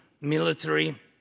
military